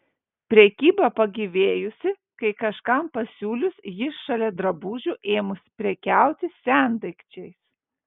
prekyba pagyvėjusi kai kažkam pasiūlius ji šalia drabužių ėmusi prekiauti sendaikčiais